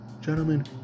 gentlemen